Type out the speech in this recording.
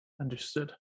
Understood